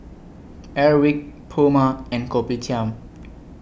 Airwick Puma and Kopitiam